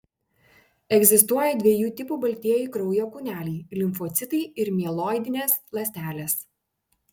egzistuoja dviejų tipų baltieji kraujo kūneliai limfocitai ir mieloidinės ląstelės